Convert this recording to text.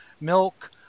milk